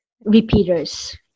repeaters